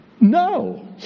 no